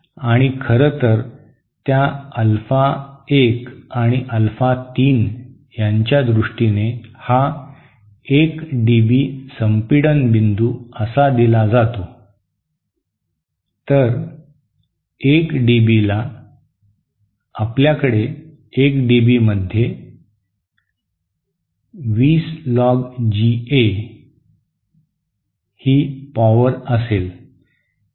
आणि खरं तर त्या अल्फा 1 आणि अल्फा 3 च्या दृष्टीने हा 1 डीबी संपीडन बिंदू असा दिला जातो तर 1 डीबी ला आपल्याकडे 1 डीबी मध्ये 20 लॉग जी ए ही पॉवर असेल